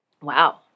Wow